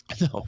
No